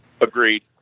Agreed